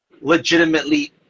legitimately